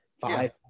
five